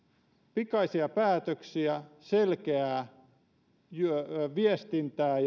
pikaisia päätöksiä selkeää viestintää